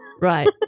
Right